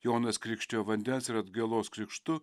jonas krikštijo vandens ir atgailos krikštu